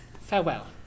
Farewell